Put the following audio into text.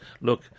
Look